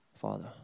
Father